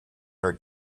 her